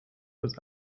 was